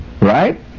right